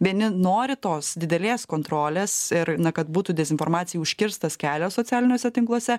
vieni nori tos didelės kontrolės ir na kad būtų dezinformacijai užkirstas kelias socialiniuose tinkluose